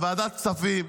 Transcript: לוועדת הכספים,